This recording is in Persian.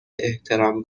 احترام